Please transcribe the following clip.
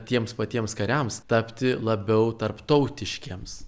tiems patiems kariams tapti labiau tarptautiškiems